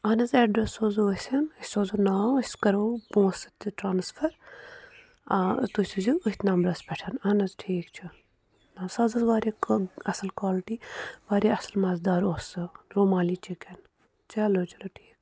اہن حظ اٮ۪ڈرَس سوزو أسۍ أسۍ سوزو ناو أسۍ کَرو پونٛسہٕ تہِ ٹرٛانَسفَر تُہۍ سوٗزِو أتھۍ نمبرَس پٮ۪ٹھ اہن حظ ٹھیٖک چھُ نہ سُہ حظ اوس واریاہ اَصٕل کالٹی واریاہ اَصٕل مَزٕدار اوس سُہ رُمالی چِکَن چلو چلو ٹھیٖک